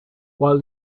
while